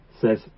says